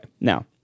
Now